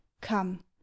come